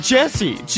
Jesse